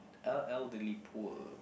el~ elderly poor